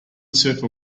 surfer